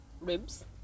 ribs